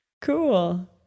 Cool